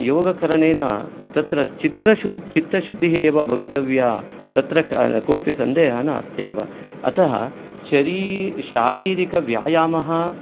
योगकरणेन तत्र चित्रशुद् चित्तशुद्धिः एव भवितव्या तत्र कोपि सन्देहः नास्ति एव अतः शारीरिकव्यायामः